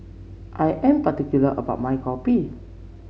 I am particular about my kopi